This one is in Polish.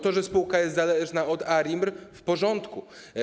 To, że spółka jest zależna od ARiMR-u - w porządku.